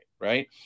right